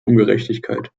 ungerechtigkeit